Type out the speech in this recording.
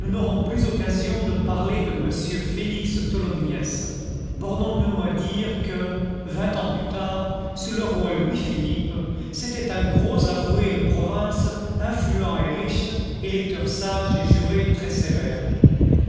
nous n'aurons plus occasion de parler de m félix tholomyès bornons-nous à dire que vingt ans plus tard sous le roi louis-philippe c'était un gros avoué de province influent et riche électeur sage et juré très sévère